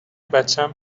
بچم